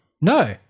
No